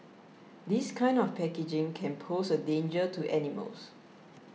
this kind of packaging can pose a danger to animals